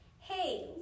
Hey